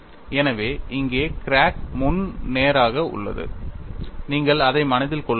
எனவே இங்கே கிராக் முன் நேராக உள்ளது நீங்கள் அதை மனதில் கொள்ள வேண்டும்